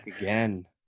Again